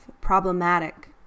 problematic